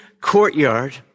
courtyard